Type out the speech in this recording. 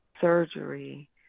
surgery